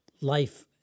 life